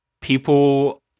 people